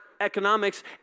economics